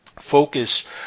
focus